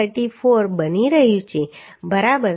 34 બની રહ્યું છે બરાબર